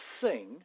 sing